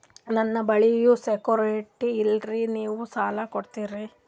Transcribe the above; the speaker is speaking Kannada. ನನ್ನ ಬಳಿ ಯಾ ಸೆಕ್ಯುರಿಟಿ ಇಲ್ರಿ ನೀವು ಸಾಲ ಕೊಡ್ತೀರಿ?